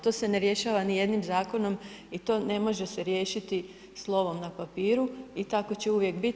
To se ne rješava ni jednim zakonom i to ne može se riješiti slovom na papiru i tako će uvijek biti.